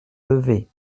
levée